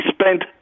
spent